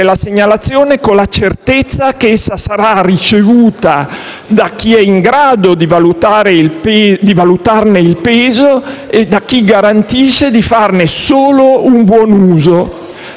la segnalazione con la certezza che essa sarà ricevuta da chi è in grado di valutarne il peso e da chi garantisce di farne solo un buon uso.